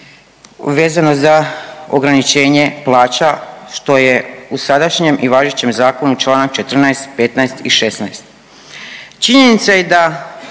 vezano za ograničenje plaća, što je u sadašnjem i važećem zakonu čl. 14, 15 i 16. Činjenica je da